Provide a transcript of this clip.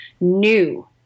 new